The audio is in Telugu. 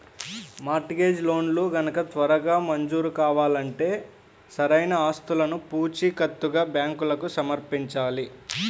మార్ట్ గేజ్ లోన్లు గనక త్వరగా మంజూరు కావాలంటే సరైన ఆస్తులను పూచీకత్తుగా బ్యాంకులకు సమర్పించాలి